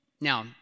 Now